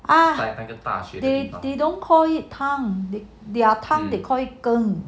they didn't call it 汤 their 汤 they call it 羹